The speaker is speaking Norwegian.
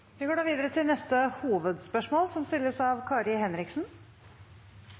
Vi går til neste hovedspørsmål.